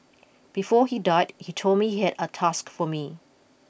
before he died he told me he had a task for me